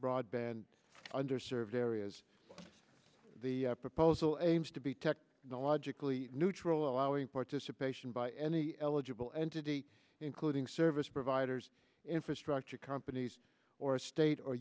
broadband under served areas the proposal aims to be technologically neutral allowing participation by any eligible entity including service providers infrastructure companies or a state or